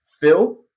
Phil